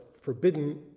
forbidden